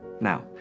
Now